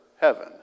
heaven